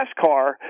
NASCAR